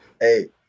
hey